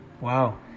Wow